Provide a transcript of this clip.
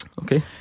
Okay